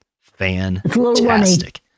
Fantastic